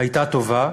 הייתה טובה,